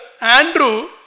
Andrew